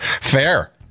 Fair